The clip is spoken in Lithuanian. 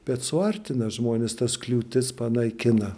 bet suartina žmones tas kliūtis panaikina